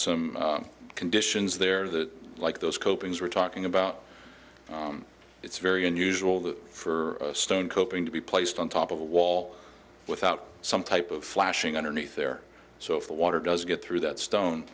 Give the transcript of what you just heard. some conditions there that like those coping we're talking about it's very unusual for a stone coping to be placed on top of a wall without some type of flashing underneath there so if the water does get through that stone